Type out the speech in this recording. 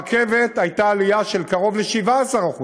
ברכבת הייתה עלייה של קרוב ל-17%,